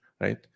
right